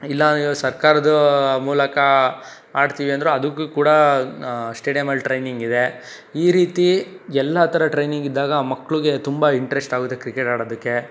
ಇಲ್ಲ ಸರ್ಕಾರದ ಮೂಲಕ ಆಡ್ತೀವಿ ಅಂದರೆ ಅದಕ್ಕೂ ಕೂಡ ಸ್ಟೇಡಿಯಂ ಅಲ್ಲಿ ಟ್ರೈನಿಂಗ್ ಇದೆ ಈ ರೀತಿ ಎಲ್ಲ ಥರ ಟ್ರೈನಿಂಗ್ ಇದ್ದಾಗ ಮಕ್ಕಳಿಗೆ ತುಂಬ ಇಂಟ್ರಶ್ಟ್ ಆಗುತ್ತೆ ಕ್ರಿಕೆಟ್ ಆಡೋದಕ್ಕೆ